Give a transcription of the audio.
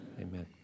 Amen